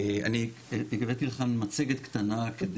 אני הבאתי לכאן מצגת קטנה,